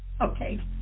Okay